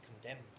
condemned